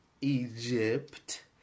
Egypt